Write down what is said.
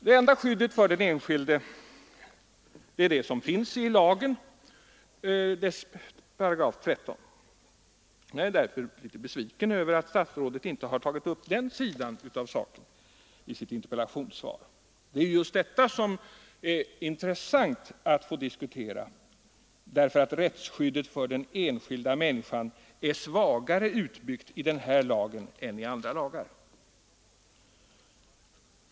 Det enda skyddet för den enskilde är det som finns enligt lagens 13 8. Jag är därför litet besviken över att statsrådet inte har tagit upp den sidan av saken i sitt interpellationssvar. Det är just detta som är intressant att få diskutera, därför att rättsskyddet för den enskilda människan är svagare utbyggt i denna lag än i andra lagar.